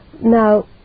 Now